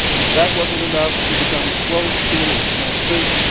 if that wasn't enough, she becomes close to, as you might think,